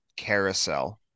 carousel